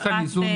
יש כאן איזון